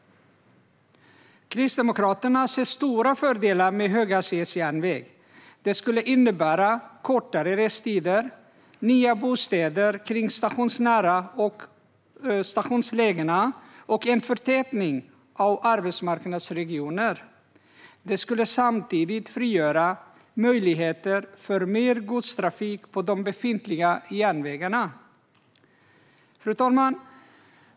Kristdemokraterna ser stora fördelar med höghastighetsjärnväg. Det skulle innebära kortare restider, nya bostäder kring stationslägena och en förtätning av arbetsmarknadsregioner. Det skulle samtidigt frigöra möjligheter för mer godstrafik på de befintliga järnvägarna. Fru talman!